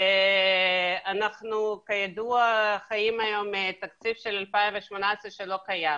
ואנחנו כידוע חיים היום תקציב של 2018 שלא קיים.